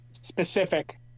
specific